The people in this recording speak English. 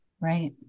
Right